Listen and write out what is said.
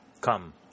Come